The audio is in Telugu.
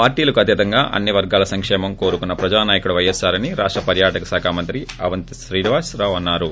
పార్టీలకు అతీతంగా అన్ని వర్గాల సంకేమం కోరుకున్న ప్రజా నాయకుడు వైఎస్సార్ అని రాష్ట్ర పర్యాటక శాఖ మంత్రి అవంతి శ్రీనివాసరావు అన్నారు